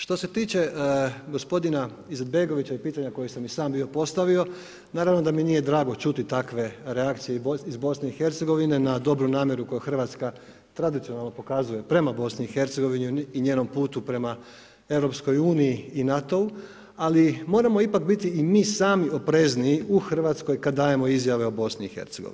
Što se tiče gospodina Izetbegovića i pitanja koja sam i sam bio postavio, naravno da mi nije drago čuti takve reakcije iz BiH na dobru namjeru koju Hrvatska tradicionalno pokazuje prema BiH i njenom putu prema EU i NATO-u, ali moramo ipak biti i mi sami oprezniji u Hrvatskoj kada dajemo izjave o BiH.